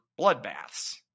bloodbaths